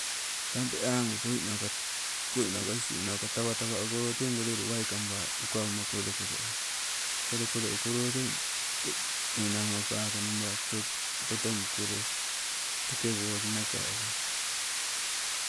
Tang te aangu koina isiunauka tawatawa agoloo tegoo lelu waika baa ukawuma kolekole uwai, kolekole ukoloo teng enang oh kaka nabaa totobukoloo teke woli naka uwai.